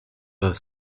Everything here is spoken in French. vingt